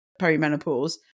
perimenopause